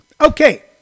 Okay